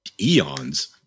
eons